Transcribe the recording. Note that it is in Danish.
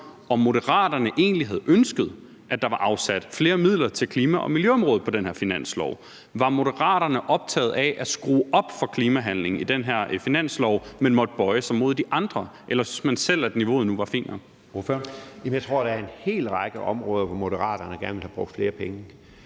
om Moderaterne egentlig havde ønsket, at der var afsat flere midler til klima- og miljøområdet på den her finanslov. Var Moderaterne optaget af at skrue op for klimahandlingen i den her finanslov, men måtte bøje sig mod de andre, eller synes man selv, at niveauet nu var fint nok? Kl. 11:25 Anden næstformand (Jeppe Søe): Ordføreren.